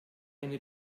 eine